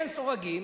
אין סורגים,